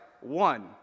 one